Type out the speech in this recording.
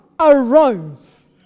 arose